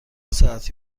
ساعتی